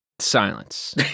Silence